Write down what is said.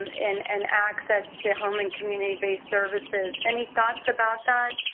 and and access to home and community-based services. any thoughts about that?